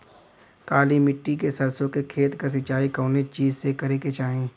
काली मिट्टी के सरसों के खेत क सिंचाई कवने चीज़से करेके चाही?